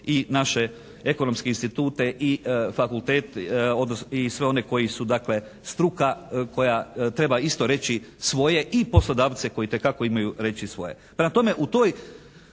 i naše ekonomske institute i fakultet i sve oni koji su dakle struka koja treba isto reći svoje. I poslodavce koji itekako imaju reći svoje.